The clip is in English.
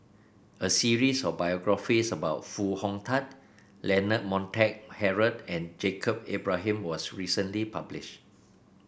a series of biographies about Foo Hong Tatt Leonard Montague Harrod and Ibrahim was recently published